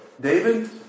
David